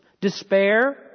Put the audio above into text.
Despair